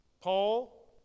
Paul